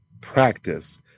practice